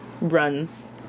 runs